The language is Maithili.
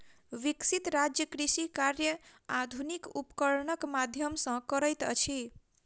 विकसित राज्य कृषि कार्य आधुनिक उपकरणक माध्यम सॅ करैत अछि